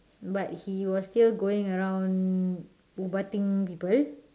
but he was still going around ubat ing people